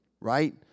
right